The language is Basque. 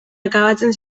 akabatzen